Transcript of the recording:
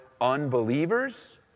unbelievers